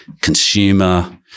consumer